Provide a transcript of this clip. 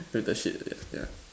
with the sheep yeah yeah